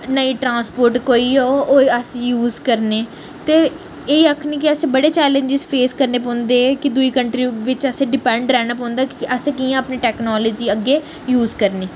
नई ट्रांसपोर्ट कोई ओह् ओह् अस यूज़ करने ते एह् आखने कि असें बड़े चैलेंजेस फेस करने पौंदे कि दुई कंट्री बिच्च असें डिपेंड रैह्ना पौंदा क्योंकि असें कि'यां अपनी टेक्नोलाजी अग्गें यूज़ करनी